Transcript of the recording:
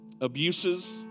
Abuses